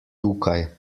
tukaj